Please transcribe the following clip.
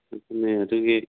ꯑꯗꯨꯅꯦ ꯑꯗꯨꯒꯤ